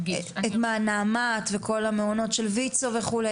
מה נעמת וכל המעונות של ויצו וכו'?